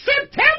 September